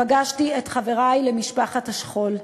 פגשתי את חברי למשפחת השכול.